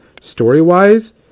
story-wise